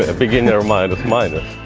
ah beginner minus minus!